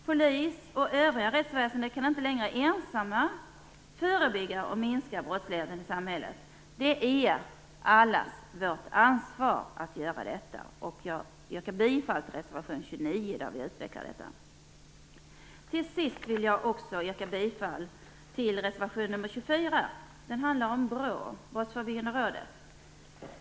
Polisen och det övriga rättsväsendet kan inte längre ensamma förebygga och minska brottsligheten i samhället. Det är allas vårt ansvar att göra det. Jag yrkar bifall till reservation 29, där vi utvecklar detta. Jag yrkar också bifall till reservation 24, som handlar om BRÅ, Brottsförebyggande rådet.